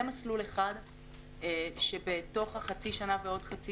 זה מסלול אחד שבתוך חצי שנה ועוד חצי